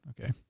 Okay